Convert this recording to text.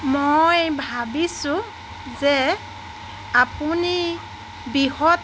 মই ভাবিছোঁ যে আপুনি বৃহৎ